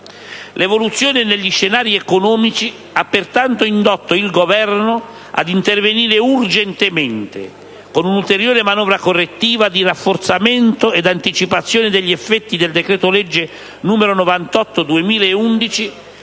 L'evoluzione degli scenari economici ha pertanto indotto il Governo ad intervenire urgentemente con un'ulteriore manovra correttiva di rafforzamento ed anticipazione degli effetti del decreto-legge n. 98 del 2011,